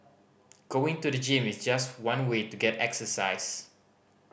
going to the gym is just one way to get exercise